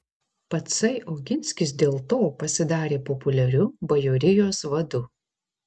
patsai oginskis dėl to pasidarė populiariu bajorijos vadu